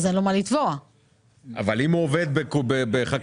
לא עבד העובד או העובד העצמאי האמור בחלק